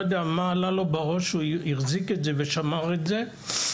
אני לא יודע מה עלה לו בראש שהוא החזיק אותה ושמר עליה אבל